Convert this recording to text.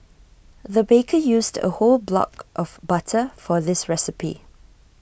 the baker used A whole block of butter for this recipe